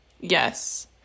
Yes